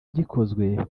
gikozwe